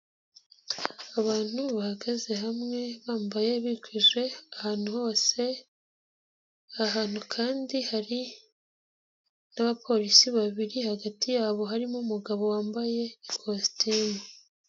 Abantu bahagaze hamwe bambaye bikwije ahantu hose, aha hantu kandi hari n'abapolisi babiri hagati yabo harimo umugabo wambaye ikositimu.